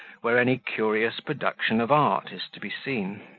where any curious production of art is to be seen.